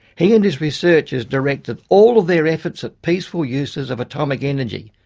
he and his researchers directed all of their efforts at peaceful uses of atomic energy.